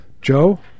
Joe